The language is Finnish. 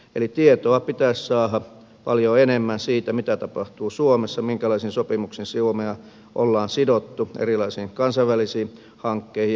eli tietoa pitäisi saada paljon enemmän siitä mitä tapahtuu suomessa minkälaisin sopimuksin suomea ollaan sidottu erilaisiin kansainvälisiin hankkeisiin